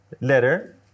letter